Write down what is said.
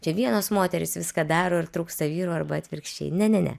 čia vienos moterys viską daro ir trūksta vyrų arba atvirkščiai ne ne ne